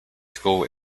school